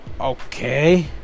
Okay